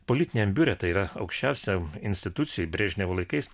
politiniam biure tai yra aukščiausia institucija brežnevo laikais